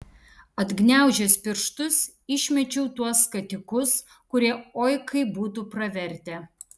atgniaužęs pirštus išmečiau tuos skatikus kurie oi kaip būtų pravertę